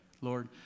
Lord